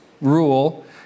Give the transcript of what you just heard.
rule